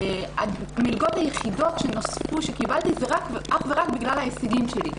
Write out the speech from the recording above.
המלגות היחידות שנוספו ושקיבלתי הן אך ורק בגלל ההישגים שלי,